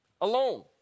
alone